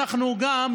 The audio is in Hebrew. אנחנו גם,